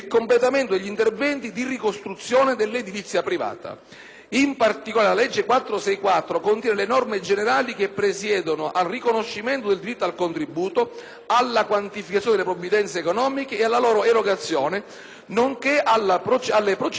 In particolare, la legge n. 464 contiene le norme generali che presiedono al riconoscimento del diritto al contributo, alla quantificazione delle provvidenze economiche ed alla loro erogazione, nonché alle procedure di approvazione dei progetti attraverso il funzionamento di una commissione.